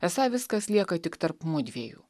esą viskas lieka tik tarp mudviejų